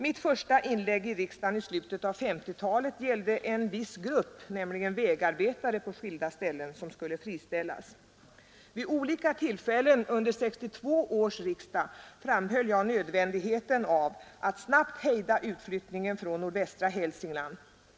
Mitt första inlägg i riksdagen i slutet av 1950-talet gällde t.ex. en viss grupp, nämligen vägarbetare på skilda ställen, som skulle friställas. Vid olika tillfällen under 1962 års riksdag framhöll jag nödvändigheten av att snabbt hejda utflyttningen från nordvästra Hälsingland.